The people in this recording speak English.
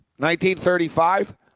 1935